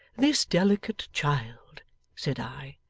this delicate child said i,